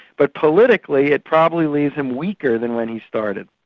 but politically it probably leaves him weaker than when he started.